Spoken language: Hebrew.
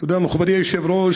תודה, מכובדי היושב-ראש.